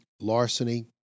larceny